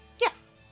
yes